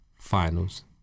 finals